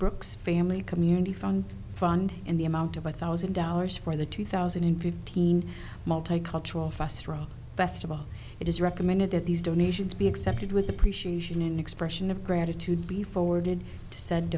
brooks family community fund fund in the amount of one thousand dollars for the two thousand and fifteen multicultural fast road festival it is recommended that these donations be accepted with appreciation an expression of gratitude be forwarded to s